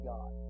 God